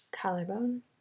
Collarbone